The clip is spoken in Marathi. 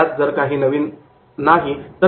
यात तर काही नवीन नाही आहे